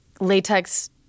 latex